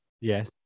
Yes